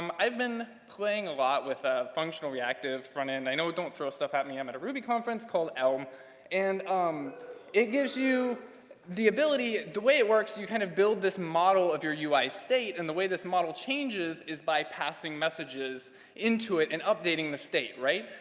um i've been playing a lot with a functional reactive front-end. i know, don't throw stuff at me. i'm at a ruby conference called, elm and um it gives you the ability, the way it works, you kind of build this model of your ui state and the way this model changes, is by passing messages into it and updating the state, right?